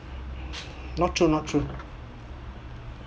not true not true